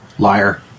Liar